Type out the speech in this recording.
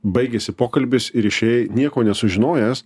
baigėsi pokalbis ir išėjai nieko nesužinojęs